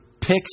picks